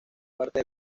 parte